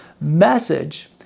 message